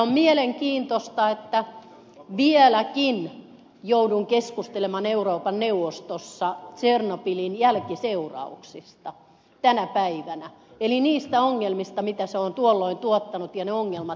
on mielenkiintoista että vieläkin joudun keskustelemaan euroopan neuvostossa tsernobylin jälkiseurauksista tänä päivänä eli niistä ongelmista mitä se on tuolloin tuottanut ja ne ongelmat jatkuvat edelleen